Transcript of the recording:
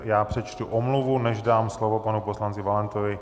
Já přečtu omluvu, než dám slovo panu poslanci Valentovi.